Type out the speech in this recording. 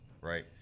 right